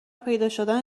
پیداشدن